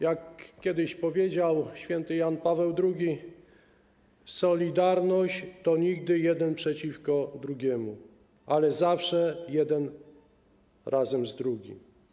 Jak kiedyś powiedział św. Jan Paweł II, „Solidarność” to nigdy jeden przeciwko drugiemu, ale zawsze jeden razem z drugim.